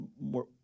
more